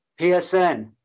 PSN